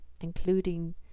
including